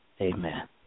Amen